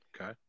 Okay